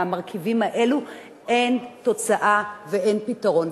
המרכיבים האלו אין תוצאה ואין פתרון.